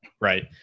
Right